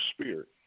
Spirit